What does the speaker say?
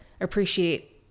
appreciate